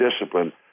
discipline